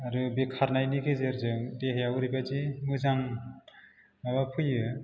आरो बे खारनायनि गेजेरजों देहायाव ओरैबायदि मोजां माबा फैयो